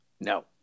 No